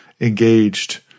engaged